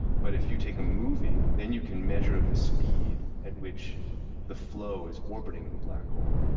but if you take a movey, then you can measure the speed at which the flow is orbiting the black hole.